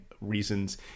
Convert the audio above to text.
reasons